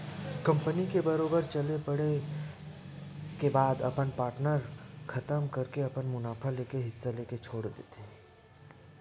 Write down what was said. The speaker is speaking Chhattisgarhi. कंपनी के बरोबर चल पड़े के बाद अपन पार्टनर खतम करके अपन मुनाफा लेके हिस्सा लेके छोड़ देथे